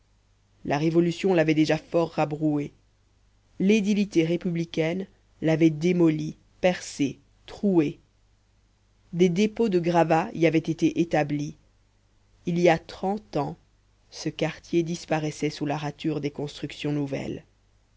la révolution l'avait déjà fort rabroué l'édilité républicaine l'avait démoli percé troué des dépôts de gravats y avaient été établis il y a trente ans ce quartier disparaissait sous la rature des constructions nouvelles